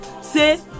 Say